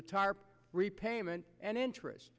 the tarp repayment and interest